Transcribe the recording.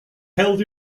held